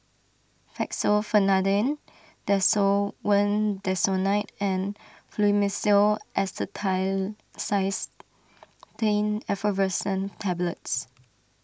Fexofenadine Desowen Desonide and Fluimucil Acetylcysteine Effervescent Tablets